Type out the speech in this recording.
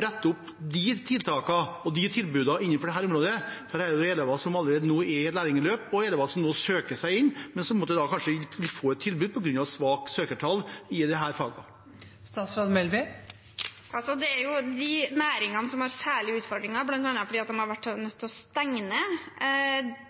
med tiltak og tilbud innenfor dette området? Dette er elever som allerede nå er i et lærlingløp, og elever som nå søker seg inn, men som kanskje ikke vil få et tilbud på grunn av svake søkertall i disse fagene. I de næringene som har særlige utfordringer bl.a. fordi de har vært nødt til å